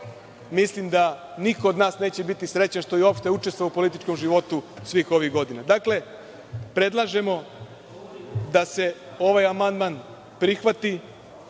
mislim da niko od nas neće biti srećan što je uopšte učestvovao u političkom životu svih ovih godina. Dakle, predlažemo da se ovaj amandman prihvati.